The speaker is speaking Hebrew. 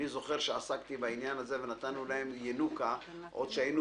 אני זוכר שעסקתי בעניין הזה ונתנו להם ינוקא עוד כשהיינו